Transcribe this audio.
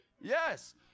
Yes